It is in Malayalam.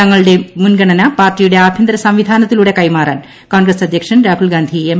തങ്ങളുടെ മുൻഗണന പാർട്ടിയുടെ ആഭ്യന്തര സംവിധാനത്തിലൂടെ കൈമാറാൻ കോൺഗ്രസ് അധ്യക്ഷൻ രാഹുൽ ഗാന്ധി എം